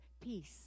peace